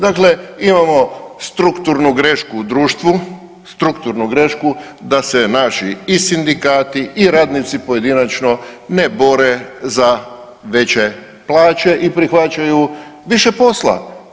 Dakle, imamo strukturnu grešku u društvu, strukturnu društvu da se naši i sindikati i radnici pojedinačno ne bore za veće plaće i prihvaćaju više posla.